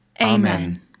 Amen